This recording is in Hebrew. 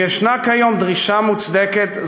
אם יש כיום דרישה מוצדקת,